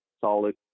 solid